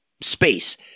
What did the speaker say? space